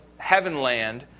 heavenland